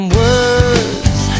words